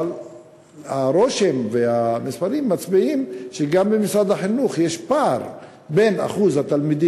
אבל הרושם והמספרים מצביעים שגם במשרד החינוך יש פער בין אחוז התלמידים